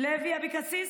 לוי אבקסיס?